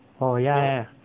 oh ya ya